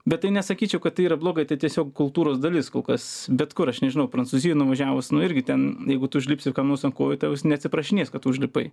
bet tai nesakyčiau kad tai yra blogai tai tiesiog kultūros dalis kol kas bet kur aš nežinau prancūzijoj nuvažiavus nu irgi ten jeigu tu užlipsi kam nors ant kojų tavęs neatsiprašinės kad užlipai